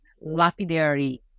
lapidary